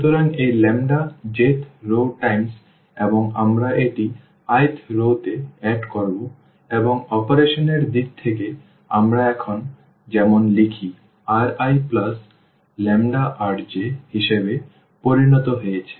সুতরাং এই lambda j th row times এবং আমরা এটি i th রওতে যুক্ত করব এবং অপারেশনের দিক থেকে আমরা এখন যেমন লিখি RiλRj হিসাবে পরিণত হয়েছে